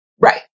Right